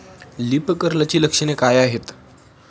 Leaf कर्लची लक्षणे काय आहेत?